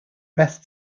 best